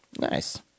Nice